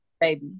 baby